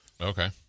Okay